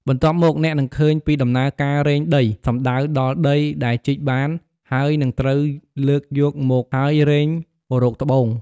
បន្ទាប់មក អ្នកនឹងឃើញពីដំណើរការរែងដី សំដៅដល់ដីដែលជីកបានហើយនឹងត្រូវលើកយកមកហើយរែងរកត្បូង។